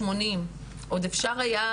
אנחנו לא רגילים ששינויים מתבצעים בצורה כל כך מהירה.